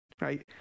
Right